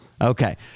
Okay